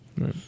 Right